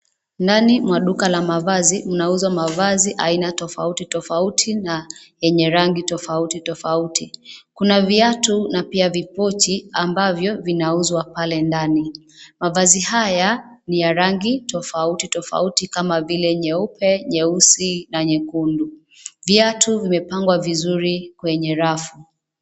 Ndani mwa duka la mavazi, mnauzwa mavazi aina tofauti tofauti, na yenye rangi tofauti tofauti. Kuna viatu, na pia vikoti, ambavyo vinauzwa pale ndani. Mavazi haya, ni ya rangi tofauti tofauti kama vile: nyeupe, nyeusi, na nyekundu. Viatu vimepangwa vizuri, kwenye rafu.